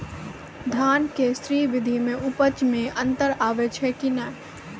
धान के स्री विधि मे उपज मे अन्तर आबै छै कि नैय?